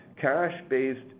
Cash-based